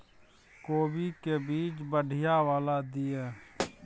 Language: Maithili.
कोबी के बीज बढ़ीया वाला दिय?